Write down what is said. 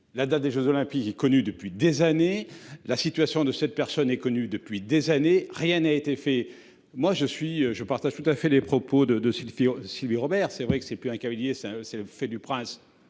La date des Jeux olympiques est connu depuis des années la situation de cette personne est connu depuis des années, rien n'a été fait. Moi je suis je partage tout à fait les propos de de Sylvie, Sylvie Robert. C'est vrai que c'est plus un cavalier. Ça, c'est le fait du prince,